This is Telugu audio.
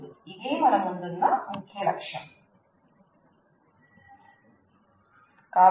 ఇదే మన ముందున్న ముఖ్య లక్ష్యం